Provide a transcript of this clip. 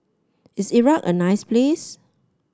is Iraq a nice place